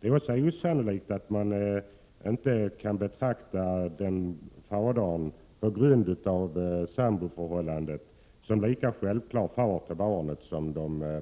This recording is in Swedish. Det är osannolikt att man inte kan betrakta mannen i ett samboförhållande som far till det barn som föds i samboförhållandet på samma sätt som det är osannolikt att